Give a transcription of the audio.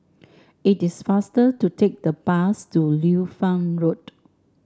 it is faster to take the bus to Liu Fang Road